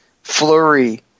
flurry